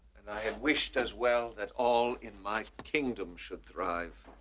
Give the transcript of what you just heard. and i had wished as well that all in my kingdom should thrive.